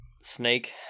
snake